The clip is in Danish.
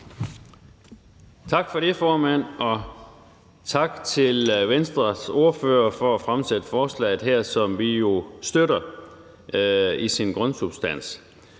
Tak for det, formand. Og tak til Venstres ordfører for at fremsætte forslaget her, som vi jo støtter i sin grundsubstans.